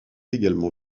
également